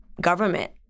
government